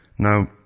Now